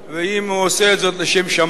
ואם הוא עושה את זאת לשם שמים,